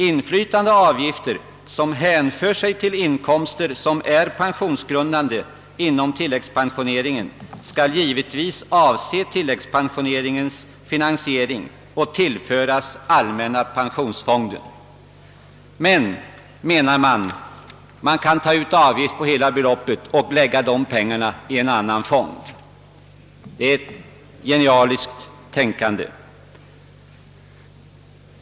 Inflytande avgifter, som hänför sig till inkomster som är pensionsgrundande inom tilläggspensioneringen, skall givetvis avse tilläggspensioneringens finansiering och tillföras allmänna péensionsfonden.» "Man kan, menar skatteberedningen, ta ut avgift på hela basbeloppet och lägga dessa pengar i en anan fond. Det är ett genialiskt tänkande!